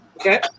Okay